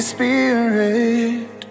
Spirit